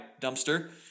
dumpster